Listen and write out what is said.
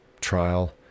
trial